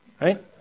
right